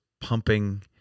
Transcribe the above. pumping